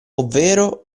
ovvero